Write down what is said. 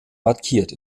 markiert